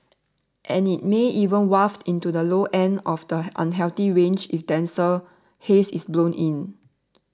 and it may even waft into the low end of the unhealthy range if denser haze is blown in